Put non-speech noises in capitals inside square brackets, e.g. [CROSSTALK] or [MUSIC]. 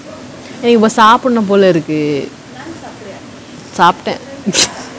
எனக்கு இப்ப சாப்டனும் போல இருக்கு சாப்ட:enakku ippa saapdanum pola irukku saaptta [NOISE]